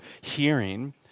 hearing